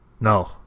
No